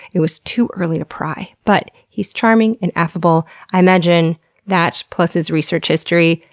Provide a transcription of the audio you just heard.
it was too early to pry. but he's charming and affable. i imagine that, plus his research history,